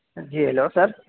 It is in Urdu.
جی ہلو سر